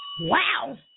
Wow